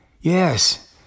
Yes